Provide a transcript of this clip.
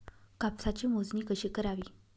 कापसाची मोजणी कशी करावी?